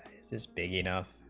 is is big enough